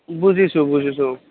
বুজিছোঁ বুজিছোঁ